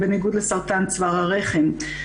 בניגוד לסרטן צוואר הרחם.